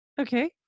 Okay